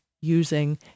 using